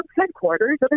headquarters